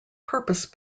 purpose